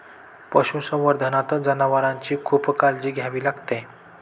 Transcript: पशुसंवर्धनात जनावरांची खूप काळजी घ्यावी लागते